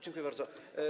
Dziękuję bardzo.